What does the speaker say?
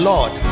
Lord